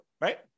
right